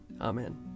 Amen